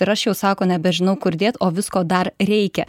ir aš jau sako nebežinau kur dėt o visko dar reikia